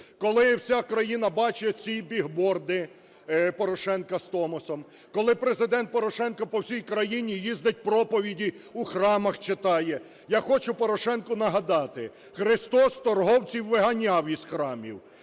Коли вся країна бачить ці бігборди Порошенка з Томосом, коли Президент Порошенко по всій країні їздить, проповіді у храмах читає, я хочу Порошенку нагадати: Христос торговців виганяв із храмів.